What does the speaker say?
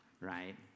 right